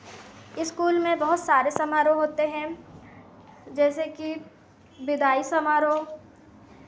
school में बहुत सारे समारोह होते हैं जैसे कि विदाई समारोह